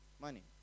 money